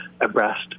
abreast